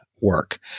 work